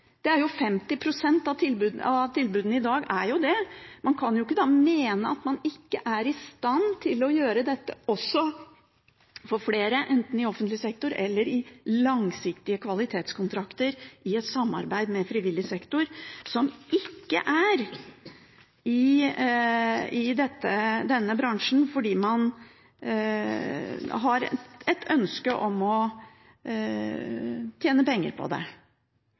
må man jo – 50 pst. av tilbudene i dag er jo i offentlig sektor! Man kan jo ikke da mene at man ikke er i stand til å gjøre dette også for flere, enten det er i offentlig sektor eller gjennom langsiktige kvalitetskontrakter i et samarbeid med frivillig sektor, som ikke er i denne bransjen fordi man har et ønske om å tjene penger på det.